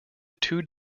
two